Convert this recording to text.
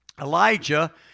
Elijah